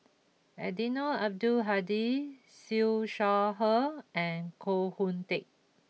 Eddino Abdul Hadi Siew Shaw Her and Koh Hoon Teck